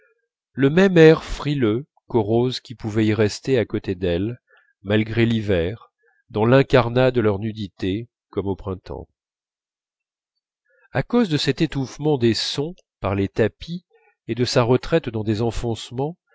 le même air frileux qu'aux roses qui pouvaient y rester à côté d'elle malgré l'hiver dans l'incarnat de leur nudité comme au printemps à cause de cet étouffement des sons par les tapis et de sa retraite dans des